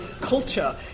culture